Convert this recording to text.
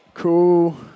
Cool